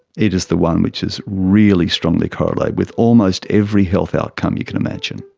it is the one which is really strongly correlated with almost every health outcome you can imagine.